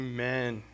Amen